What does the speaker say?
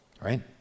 Right